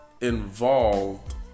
involved